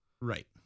Right